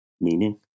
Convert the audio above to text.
meaning